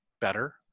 better